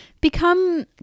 Become